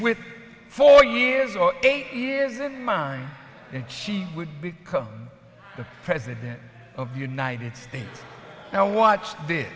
with four years or eight years in mine and she would become the president of united states now watch this